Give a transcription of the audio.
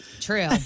True